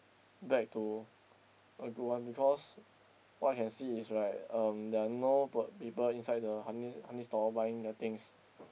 back to a good one because what I can see is right um there are no people people inside the honey honey store buying their things